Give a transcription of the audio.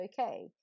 okay